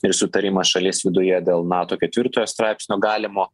ir sutarimas šalies viduje dėl nato ketvirtojo straipsnio galimo